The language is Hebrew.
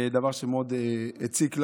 דבר שמאוד הציק לה.